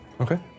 Okay